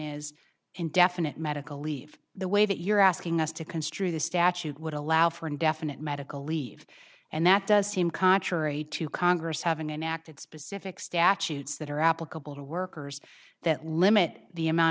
is indefinite medical leave the way that you're asking us to construe the statute would allow for indefinite medical leave and that does seem contrary to congress haven't enacted specific statutes that are applicable to workers that limit the amount